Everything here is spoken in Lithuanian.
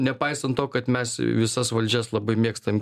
nepaisant to kad mes visas valdžias labai mėgstam